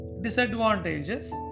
disadvantages